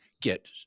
get